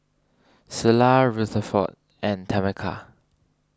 Selah Rutherford and Tameka